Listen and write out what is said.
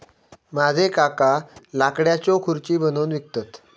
माझे काका लाकडाच्यो खुर्ची बनवून विकतत